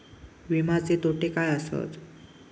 विमाचे तोटे काय आसत?